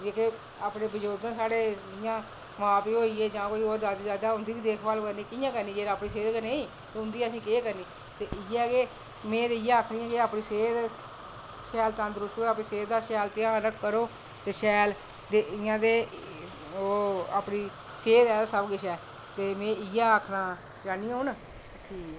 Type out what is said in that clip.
जेह्के अपने बजुर्ग न साढ़े जियां मां प्यो जां दादी दादा उंदी बी देख भाल करनी कियां करनी जे अपनी गै ठीक नी कियां करनी ते अयै कि में ते आक्खनी ऐं कि अपनी सेह्त शैल तंदरुस्त ऐ शैल अपनी सेह्त दा ध्यान रक्खो ते शैल ते इयां दै अपनी सेह्त ऐ सब किश ऐ ते में अयै आक्खना चाह्नी हून ठीक ऐ